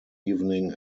evening